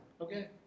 Okay